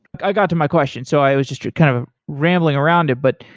i got to my question. so i was just kind of rambling around it. but,